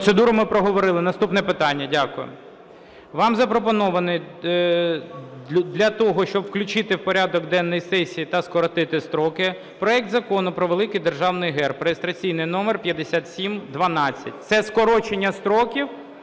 проект Закону про великий Державний Герб України (реєстраційний номер 5712). Це скорочення строків